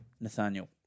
Nathaniel